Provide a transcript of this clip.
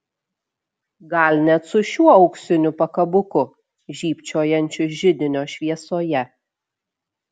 gal net su šiuo auksiniu pakabuku žybčiojančiu židinio šviesoje